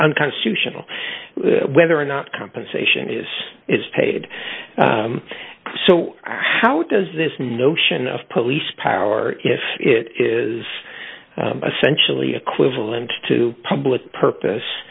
unconstitutional whether or not compensation is is paid so how does this notion of police power if it is essentially equivalent to public purpose